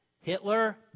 Hitler